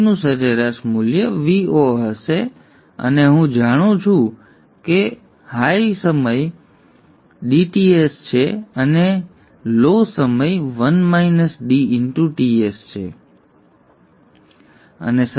તેથી Vp નું સરેરાશ મૂલ્ય Vo હશે અને હું જાણું છું કે ઊંચો સમય dTs છે અને નીચો સમય Ts છે અને સરેરાશ ndVin દ્વારા આપવામાં આવે છે